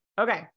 Okay